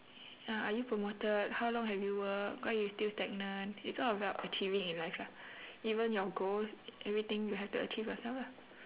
uh are you promoted how long have you worked why you still stagnant it's all about achieving in life lah even your goals everything you have to achieve yourself lah